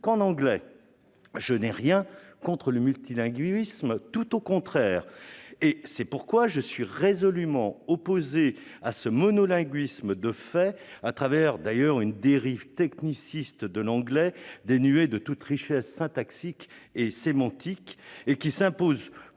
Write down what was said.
qu'en anglais. Je n'ai rien contre le multilinguisme, tout au contraire. C'est pourquoi je suis résolument opposé à ce monolinguisme de fait, assorti d'ailleurs d'une dérive techniciste de l'anglais vers une version dénuée de toute richesse syntaxique et sémantique, qui s'impose